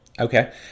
okay